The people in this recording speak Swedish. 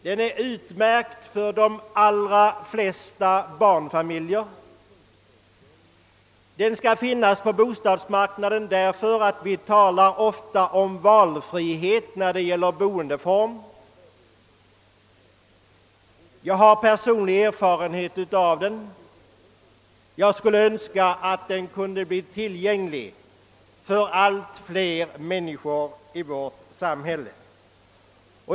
Den är utmärkt för de allra flesta barnfamiljer; den har en given plats på bostadsmarknaden, därför att vi ofta talar om valfrihet i fråga om boendeform. Jag har personlig erfarenhet av den. Jag skulle önska att den kunde bli tillgänglig för allt fler människor i vårt samhälle.